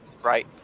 right